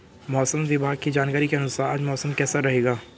मौसम विभाग की जानकारी के अनुसार आज मौसम कैसा रहेगा?